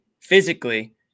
physically